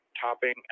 topping